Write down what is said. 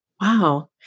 Wow